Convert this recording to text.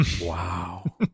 wow